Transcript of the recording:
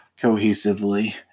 cohesively